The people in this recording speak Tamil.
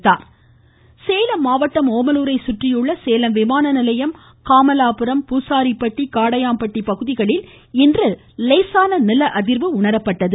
நிலஅதிர்வு சேலம் மாவட்டம் ஓமலூரைச் சுற்றியுள்ள சேலம் விமானநிலையம் காமலாபுரம் பூசாரிப்பட்டி காடையாம்பட்டி பகுதிகளில் இன்று லேசான நிலஅதிர்வு உணரப்பட்டது